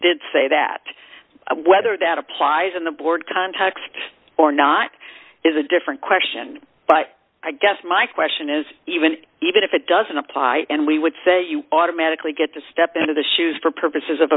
did say that whether that applies in the board context or not is a different question but i guess my question is even even if it doesn't apply and we would say you automatically get to step into the shoes for purposes of